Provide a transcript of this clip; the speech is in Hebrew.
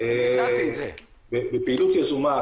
בפעילות יזומה,